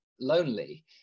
lonely